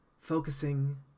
focusing